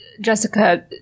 Jessica